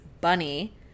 bunny